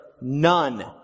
none